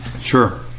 Sure